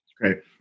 Great